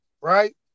right